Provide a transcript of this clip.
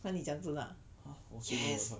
!huh! 我什么五百块